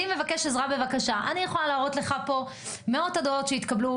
אני יכולה להראות לך מאוד הודעות שהתקבלו